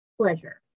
pleasure